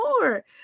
more